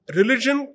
religion